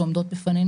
לב.